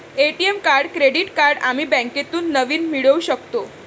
ATM card credit card आम्ही बँकेतून नवीन मिळवू शकतो